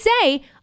say